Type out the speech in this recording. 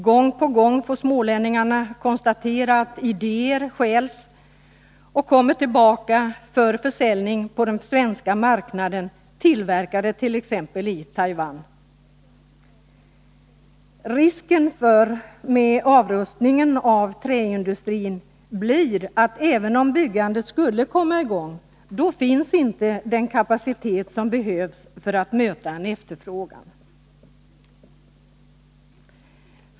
Gång på gång får smålänningarna konstatera att idéer stjäls och kommer tillbaka för försäljning på den svenska marknaden, tillverkade t.ex. i Taiwan. Risken med avrustningen av träindustrin är att även om byggandet skulle komma i gång, finns då inte den kapacitet som behövs för att möta efterfrågan.